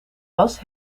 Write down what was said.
was